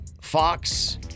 Fox